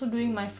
mm